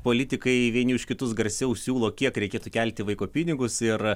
politikai vieni už kitus garsiau siūlo kiek reikėtų kelti vaiko pinigus ir